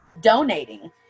donating